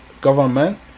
government